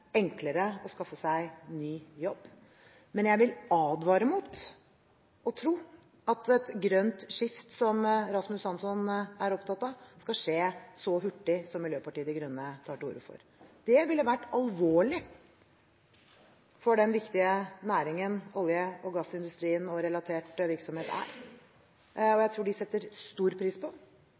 enklere å skaffe seg ny jobb. Men jeg vil advare mot å tro at et grønt skifte, som Rasmus Hansson er opptatt av, skal skje så hurtig som Miljøpartiet De Grønne tar til orde for. Det ville vært alvorlig for den viktige næringen olje- og gassindustrien og relatert virksomhet er, og jeg tror de setter stor pris på